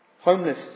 Homeless